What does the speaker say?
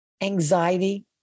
anxiety